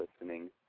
listening